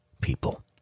people